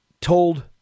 told